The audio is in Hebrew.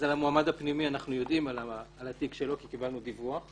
אז על התיק של המועמד הפנימי אנחנו יודעים כי קיבלנו דיווח,